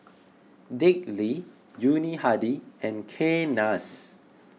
Dick Lee Yuni Hadi and Kay Das